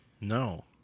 No